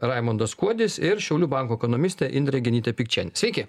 raimondas kuodis ir šiaulių banko ekonomistė indrė genytė pikčienė sveiki